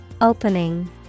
Opening